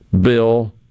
bill